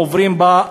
עוברים בו,